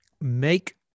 make